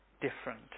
different